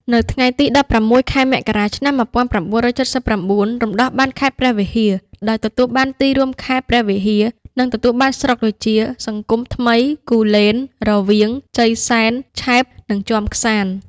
នៅថ្ងៃទី ១៦ ខែមករា ឆ្នាំ ១៩៧៩ រំដោះបានខេត្តព្រះវិហារ ដោយទទួលបានទីរួមខេត្ត ព្រះវិហារ និងទទួលបានស្រុកដូចជា សង្គមថ្មី គូលែន រវៀង ជ័យសែន ឆែប និងជាំក្សាន្ត។